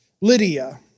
Lydia